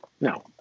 No